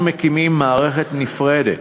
אנחנו מקימים מערכת נפרדת,